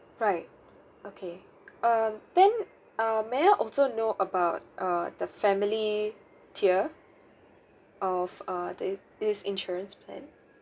right okay um then um may I also know about uh the family tier of a thi~ this insurance plan